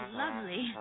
lovely